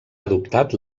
adoptat